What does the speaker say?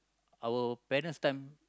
our parents time